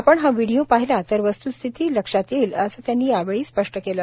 आपण हा व्हिडिओ पाहिला तर वस्तुस्थिती लक्षात येईल असे त्यांनी यावेळी स्पष्ट केले